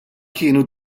kienu